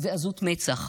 ועזות מצח.